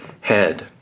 head